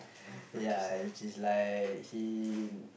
ya which is like he